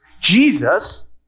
Jesus